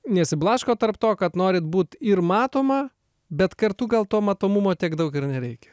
nesiblaškot tarp to kad norit būt ir matoma bet kartu gal to matomumo tiek daug ir nereikia